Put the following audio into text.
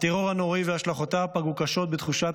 הטרור הנוראי והשלכותיו פגעו קשות בתחושת